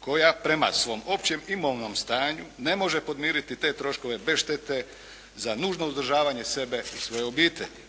koja prema svom općem imovnom stanju ne može podmiriti te troškove bez štete za nužno uzdržavanje sebe i svoje obitelji.